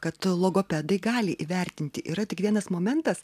kad logopedai gali įvertinti yra tik vienas momentas